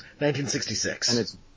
1966